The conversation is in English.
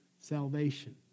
salvation